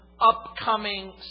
upcoming